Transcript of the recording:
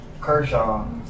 Kershaw